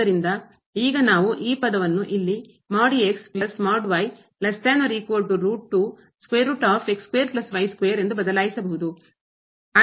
ಆದ್ದರಿಂದ ಈಗ ನಾವು ಈ ಪದವನ್ನು ಇಲ್ಲಿ ಎಂದು ಬದಲಾಯಿಸಬಹುದು